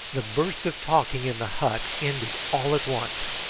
the burst of talking in the hut ended all at once,